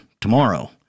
tomorrow